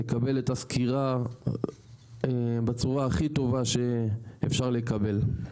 יקבל את הסקירה בצורה הכי טובה שאפשר לקבל.